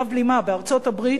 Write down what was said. קרב בלימה בארצות-הברית,